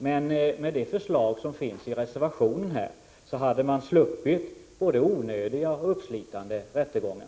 Men med det förslag som finns i reservationen hade man sluppit både onödiga och uppslitande rättegångar.